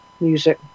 music